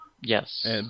Yes